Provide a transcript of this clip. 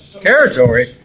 territory